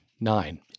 nine